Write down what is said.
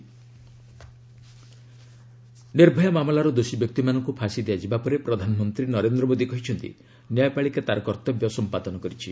PM Nirbhaya Nirbhaya ମାମଲାର ଦୋଷୀ ବ୍ୟକ୍ତିମାନଙ୍କୁ ଫାଶୀ ଦିଆଯିବା ପରେ ପ୍ରଧାନମନ୍ତ୍ରୀ ନରେନ୍ଦ୍ର ମୋଦି କହିଛନ୍ତି ନ୍ୟାୟପାଳିକା ତା'ର କର୍ଭବ୍ୟ ସମ୍ପାଦନ କରିଛି